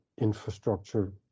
infrastructure